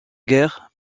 guerre